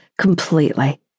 completely